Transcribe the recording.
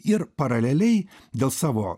ir paraleliai dėl savo